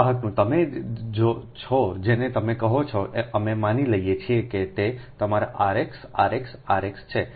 આ વાહકનું તમે જ છો જેને તમે કહો છો અમે માની લઈએ છીએ કે તે તમારા rx r x r x છે